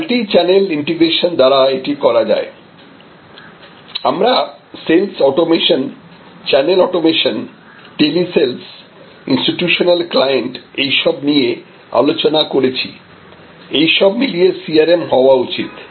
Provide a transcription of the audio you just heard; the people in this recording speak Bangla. মাল্টি চ্যানেল ইন্টিগ্রেশন দ্বারা এটি করা যায় আমরা sales automation channel automation telesales institutional client এইসব নিয়ে আলোচনা করেছি এই সব মিলিয়ে CRM হওয়া উচিত